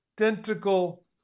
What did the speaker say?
identical